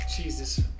Jesus